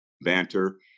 banter